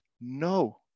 No